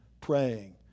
praying